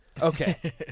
Okay